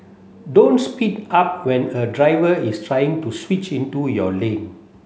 don't speed up when a driver is trying to switch into your lane